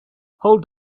hold